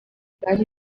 bwari